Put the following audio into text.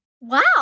Wow